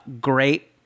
great